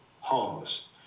homes